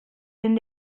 denn